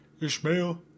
Ishmael